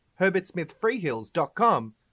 herbertsmithfreehills.com